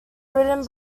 written